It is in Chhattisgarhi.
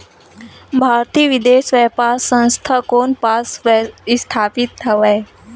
भारतीय विदेश व्यापार संस्था कोन पास स्थापित हवएं?